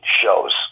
shows